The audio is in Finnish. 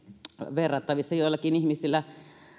verrattavissa joillakin ihmisillä